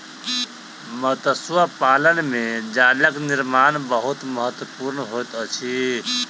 मत्स्य पालन में जालक निर्माण बहुत महत्वपूर्ण होइत अछि